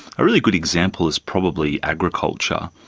a really good example is probably agriculture,